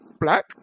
black